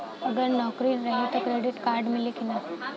अगर नौकरीन रही त क्रेडिट कार्ड मिली कि ना?